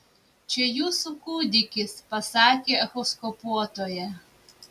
čia jūsų kūdikis pasakė echoskopuotoja